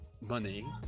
money